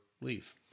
leave